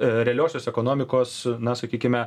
realiosios ekonomikos na sakykime